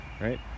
Right